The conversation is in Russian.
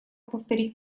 повторить